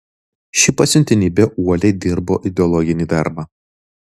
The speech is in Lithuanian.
ši pasiuntinybė uoliai dirbo ideologinį darbą